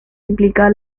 implica